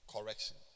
Correction